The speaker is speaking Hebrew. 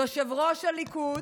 יושב-ראש הליכוד